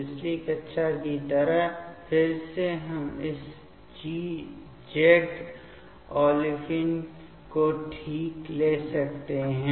पिछली कक्षा की तरह फिर से हम इस Z olefine को ठीक ले सकते हैं